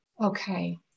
Okay